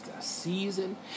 season